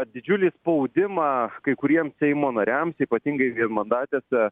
didžiulį spaudimą kai kuriem seimo nariams ypatingai vienmandatėse